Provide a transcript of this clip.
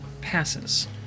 passes